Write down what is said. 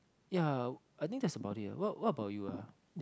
ya I think that's about it ah what what about you ah